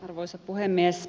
arvoisa puhemies